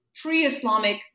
pre-Islamic